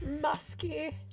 Musky